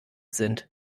sind